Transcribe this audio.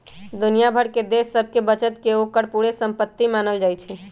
दुनिया भर के देश सभके बचत के ओकर पूरे संपति मानल जाइ छइ